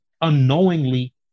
unknowingly